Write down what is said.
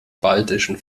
baltischen